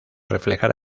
reflejar